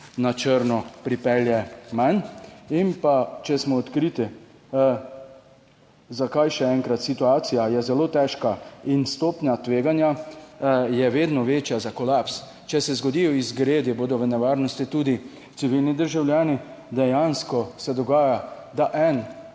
na črno pripelje manj. In pa, če smo odkriti, zakaj še enkrat. Situacija je zelo težka in stopnja tveganja je vedno večja, za kolaps, če se zgodijo izgredi, bodo v nevarnosti tudi civilni državljani. Dejansko se dogaja, da en